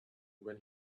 when